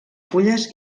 fulles